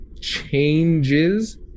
changes